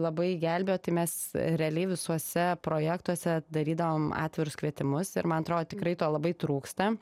labai gelbėjo tai mes realiai visuose projektuose darydavom atvirus kvietimus ir man atrodo tikrai to labai trūksta